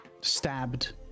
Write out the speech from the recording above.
stabbed